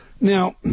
Now